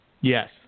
Yes